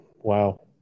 Wow